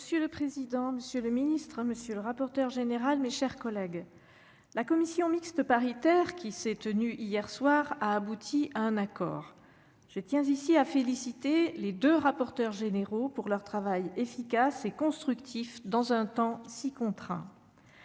Monsieur le président, monsieur le ministre, mes chers collègues, la commission mixte paritaire réunie hier soir a abouti à un accord. Je tiens à féliciter les deux rapporteurs généraux pour leur travail efficace et constructif, dans un temps si contraint.